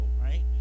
right